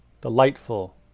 delightful